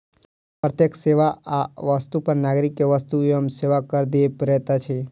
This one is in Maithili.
प्रत्येक सेवा आ वस्तु पर नागरिक के वस्तु एवं सेवा कर दिअ पड़ैत अछि